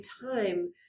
time